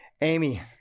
Amy